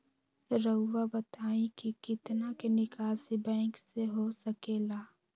रहुआ बताइं कि कितना के निकासी बैंक से हो सके ला?